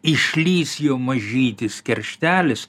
išlįs jo mažytis kerštelis